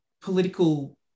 political